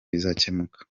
bizakemuka